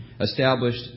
established